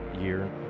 year